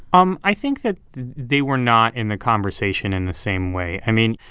um i think that they were not in the conversation in the same way. i mean,